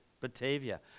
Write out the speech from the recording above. Batavia